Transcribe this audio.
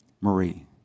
Marie